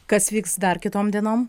kas vyks dar kitom dienom